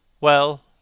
Well